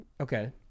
Okay